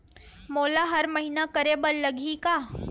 मोला हर महीना करे बर लगही का?